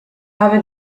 habe